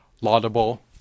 laudable